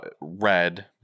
red